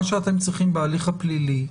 מה שאתם צריכים בהליך הפלילי,